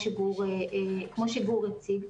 כמו שגור הציג,